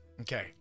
Okay